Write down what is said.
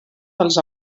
dels